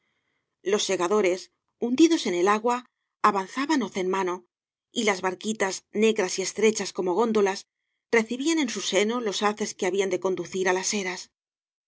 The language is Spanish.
los segadores hundidos en el agua avanzaban hoz en mano y las barquitas negras y estrechas como góndolas recibían en su seno ios haces que habían de conducir á las eras en